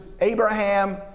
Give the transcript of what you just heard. Abraham